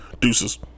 Deuces